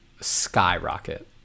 skyrocket